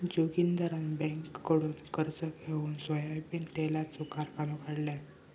जोगिंदरान बँककडुन कर्ज घेउन सोयाबीन तेलाचो कारखानो काढल्यान